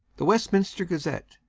the westminster gazette,